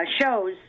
shows